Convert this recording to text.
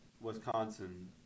Wisconsin